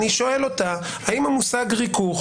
ואני שואל אותה האם המושג ריכוך,